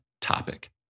topic